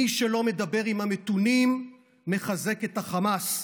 מי שלא מדבר עם המתונים מחזק את החמאס,